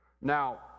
Now